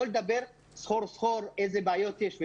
לא לדבר סחור סחור איזה בעיות יש.